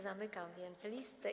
Zamykam więc listę.